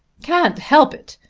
can't help it!